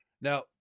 Now